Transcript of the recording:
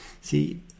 See